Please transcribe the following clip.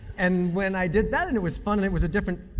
and when i did that, and it was fun, and it was a different,